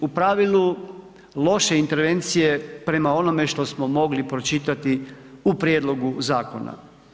U pravilu, loše intervencije prema onome što smo mogli pročitati u prijedlogu zakona.